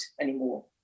anymore